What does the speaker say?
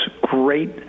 great